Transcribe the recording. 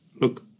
look